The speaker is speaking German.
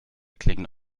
klingen